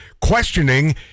questioning